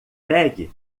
pegue